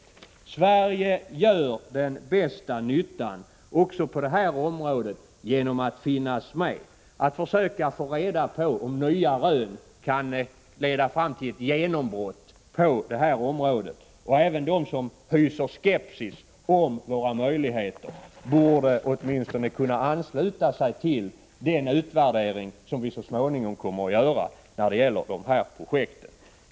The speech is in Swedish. Sverige gör också på det här området den bästa nyttan genom att finnas med och försöka hålla sig underrättat om huruvida nya rön kan leda fram till ett genombrott på detta område. Även de som hyser skepsis om våra möjligheter borde kunna ansluta sig åtminstone till den utvärdering som vi så småningom kommer att göra av de här aktuella projekten.